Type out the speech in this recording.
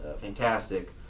fantastic